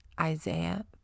Isaiah